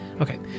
okay